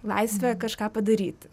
laisvę kažką padaryti